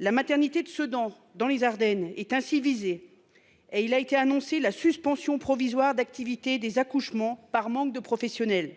La maternité de Sedan dans les Ardennes est ainsi visé et il a été annoncé la suspension provisoire d'activité des accouchements par manque de professionnels.